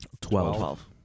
Twelve